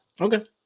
okay